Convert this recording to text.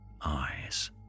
eyes